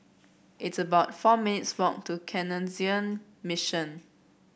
it's about four minutes' walk to Canossian Mission